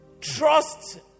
Trust